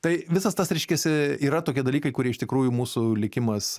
tai visas tas reiškiasi yra tokie dalykai kurie iš tikrųjų mūsų likimas